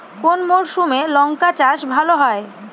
কোন মরশুমে লঙ্কা চাষ ভালো হয়?